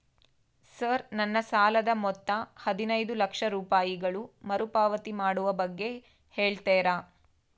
Sir ನನ್ನ ಸಾಲದ ಮೊತ್ತ ಹದಿನೈದು ಲಕ್ಷ ರೂಪಾಯಿಗಳು ಮರುಪಾವತಿ ಮಾಡುವ ಬಗ್ಗೆ ಹೇಳ್ತೇರಾ?